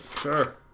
Sure